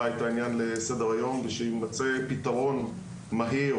את העניין לסדר היום ושיימצא פתרון מהיר,